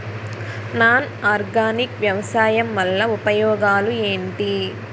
Non organic వ్యవసాయం వల్ల ఉపయోగాలు ఏంటీ?